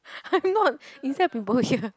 I'm not inside people here